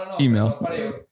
Email